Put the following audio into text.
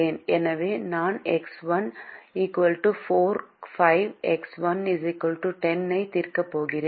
எனவே நான் x 1 4 5 x 1 10 ஐ தீர்க்கப் போகிறேன்